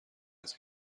است